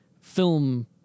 film